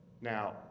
Now